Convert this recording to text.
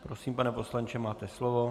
Prosím, pane poslanče, máte slovo.